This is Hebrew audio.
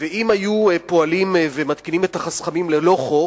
אם היו פועלים ומתקינים את החסכמים ללא חוק,